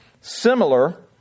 similar